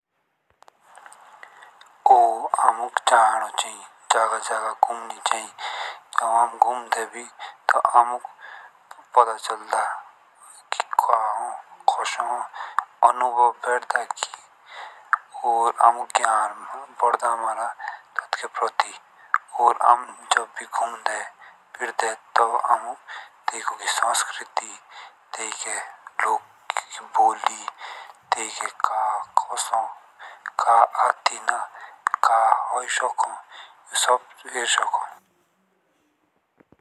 ऊआ अमुक जानो चयेई जगा जगा घूमनिची। जब आप गुमदेवी तब अमुक पता चलता की का हो कोसो हो। अनुभव बेटड़ा ज्ञान बढ़ दा आमर तथके प्रतीक और आम जब भी गुमदे फेर्दे टेक्के संस्कृति ताके लोक बोली का कोसो का अस्तनी का होए सको ये सब होए सको।